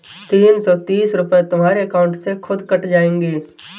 तीन सौ तीस रूपए तुम्हारे अकाउंट से खुद कट जाएंगे